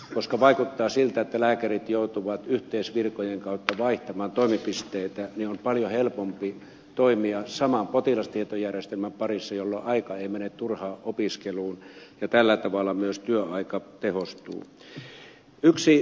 koska vaikuttaa siltä että lääkärit joutuvat yhteisvirkojen kautta vaihtamaan toimipisteitä on paljon helpompi toimia saman potilastietojärjestelmän parissa jolloin aika ei mene turhaan opiskeluun ja tällä tavalla myös työaika tehostuu